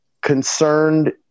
concerned